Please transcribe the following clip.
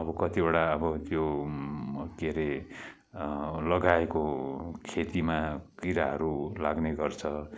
अब कतिवटा अब त्यो के अरे लगाएको खेतीमा किराहरू लाग्ने गर्छ